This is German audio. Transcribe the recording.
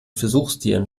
versuchstieren